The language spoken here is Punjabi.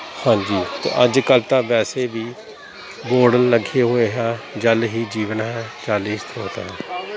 ਹਾਂਜੀ ਤਾਂ ਅੱਜ ਕੱਲ੍ਹ ਤਾਂ ਵੈਸੇ ਵੀ ਬੋਰਡ ਲੱਗੇ ਹੋਏ ਹੈ ਜਲ ਹੀ ਜੀਵਨ ਹੈ ਜਲ ਹੀ ਸਰੋਤ ਹੈ